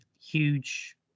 huge